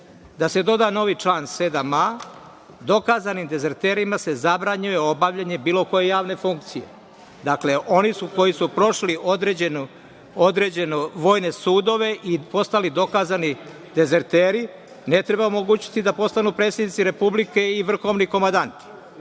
da se doda novi član 7a - dokazani dezerterima se zabranjuje obavljanje bilo koje javne funije. Oni koji su prošli određene vojne sudove i postali dokazani dezerteri, ne treba omogućiti da postanu predsednici republike i vrhovni komandanti,